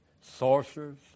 sorcerers